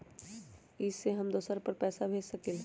इ सेऐ हम दुसर पर पैसा भेज सकील?